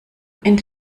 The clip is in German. ende